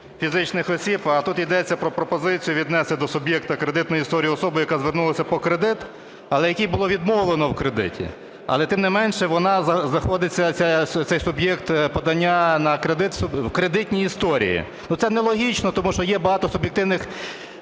фізичних осіб. А тут ідеться про пропозицію віднести до суб'єкта кредитної історії особи, яка звернулася по кредит, але якій було відмовлено в кредиті. Але тим не менше, знаходиться цей суб'єкт подання на кредит в кредитній історії. Це нелогічно, тому що є багато суб'єктивних